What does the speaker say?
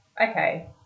okay